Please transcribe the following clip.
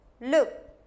look